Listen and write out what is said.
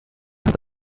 halt